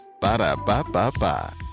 Ba-da-ba-ba-ba